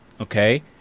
Okay